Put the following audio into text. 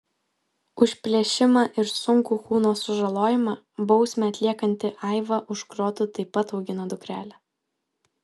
už plėšimą ir sunkų kūno sužalojimą bausmę atliekanti aiva už grotų taip pat augina dukrelę